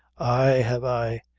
ay have i.